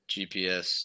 GPS